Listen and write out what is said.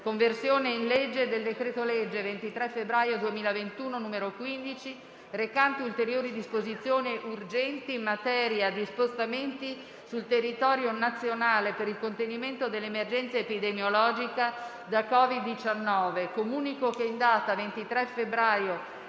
«Conversione in legge del decreto-legge 23 febbraio 2021, n. 15, recante ulteriori disposizioni urgenti in materia di spostamenti sul territorio nazionale e per il contenimento dell'emergenza epidemiologica da COVID-19» (2100). **Disegni di